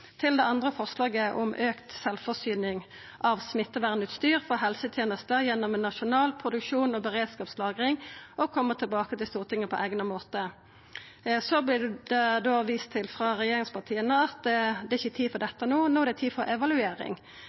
Til det andre forslaget, om auka sjølvforsyning av smittevernutstyr for helsetenesta gjennom nasjonal produksjon og beredskapslagring og å koma tilbake til Stortinget på eigna måte: Der vert det vist til frå regjeringspartia at det ikkje er tid for dette no – no er det tid for evaluering.